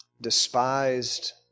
despised